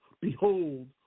Behold